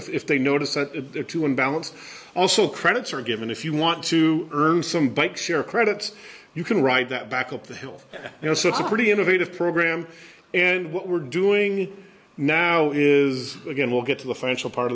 homes if they notice that to unbalance also credits are given if you want to earn some bike share credits you can ride that back up the hill you know so it's a pretty innovative program and what we're doing now is again we'll get to the financial part